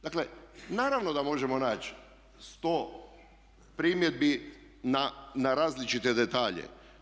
Dakle, naravno da možemo naći 100 primjedbi na različite detalje.